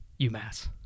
UMass